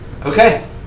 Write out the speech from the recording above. Okay